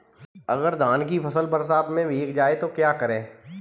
अगर धान की फसल बरसात में भीग जाए तो क्या करें?